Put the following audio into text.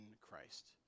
Christ